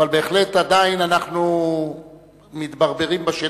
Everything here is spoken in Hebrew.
אבל בהחלט עדיין אנחנו מתברברים בשטח,